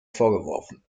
vorgeworfen